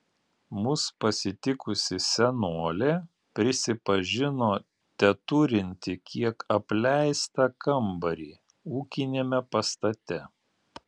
mus pasitikusi senolė prisipažino teturinti kiek apleistą kambarį ūkiniame pastate